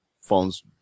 phone's